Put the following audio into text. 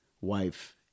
wife